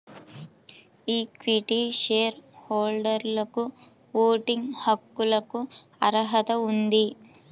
equity share హోల్డర్లకుఓటింగ్ హక్కులకుఅర్హత ఉంది